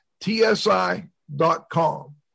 tsi.com